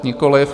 Nikoliv.